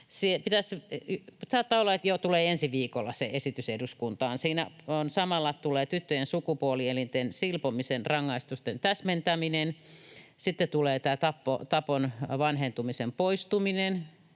Saattaa olla, että se esitys tulee jo ensi viikolla eduskuntaan. Siinä samalla tulee tyttöjen sukupuolielinten silpomisen rangaistusten täsmentäminen. Sitten tulee tämä tapon vanhentumisen poistuminen